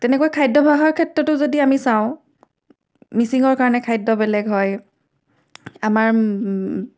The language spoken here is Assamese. তেনেকৈ খাদ্যভ্যাসৰ ক্ষেত্ৰতো যদি আমি চাওঁ মিচিঙৰ কাৰণে খাদ্য বেলেগ হয় আমাৰ